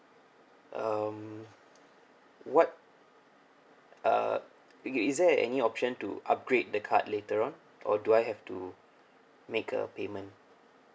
um what uh okay is there any option to upgrade the card later on or do I have to make a payment